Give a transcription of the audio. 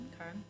Okay